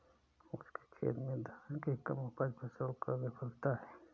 उसके खेत में धान की कम उपज फसल की विफलता है